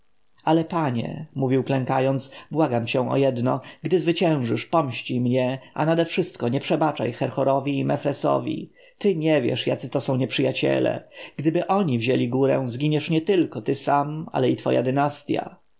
ale panie mówił klękając błagam cię o jedno gdy zwyciężysz pomścij mnie a nadewszystko nie przebaczaj herhorowi i mefresowi ty nie wiesz jacy to są nieprzyjaciele gdyby oni wzięli górę zginiesz nietylko ty sam ale i twoja dynastja